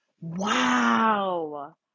Wow